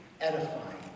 edifying